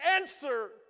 answer